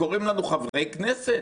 קוראים לנו חברי כנסת,